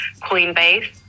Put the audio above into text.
Coinbase